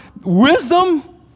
wisdom